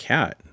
Cat